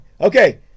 Okay